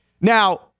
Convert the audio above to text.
Now